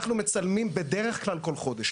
אנחנו מצלמים בדרך כלל כל חודש.